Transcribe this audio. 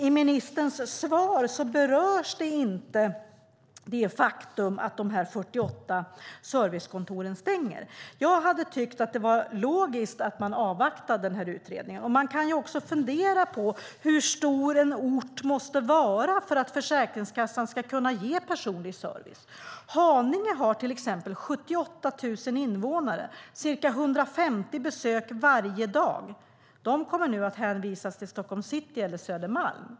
I ministerns svar berörs inte det faktum att 48 servicekontor stänger. Jag hade tyckt att det hade varit logiskt att avvakta utredningen. Man kan ju fundera på hur stor en ort måste vara för att Försäkringskassan ska kunna ge personlig service. I Haninge, till exempel, som har 78 000 invånare har man 150 besök varje dag. De kommer nu att hänvisas till Stockholms city eller Södermalm.